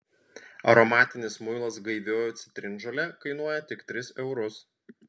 aromatinis muilas gaivioji citrinžolė kainuoja tik tris eurus